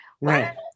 Right